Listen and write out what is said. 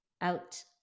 out